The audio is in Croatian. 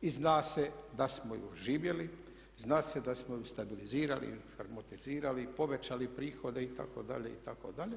i zna se da smo je oživjeli, zna se da smo je stabilizirali, informatizirali, povećali prihode itd., itd.